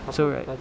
so right